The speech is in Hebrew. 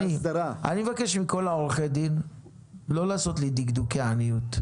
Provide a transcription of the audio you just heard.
אני מבקש מכל עורכי הדין לא לעשות לי דקדוקי עניות.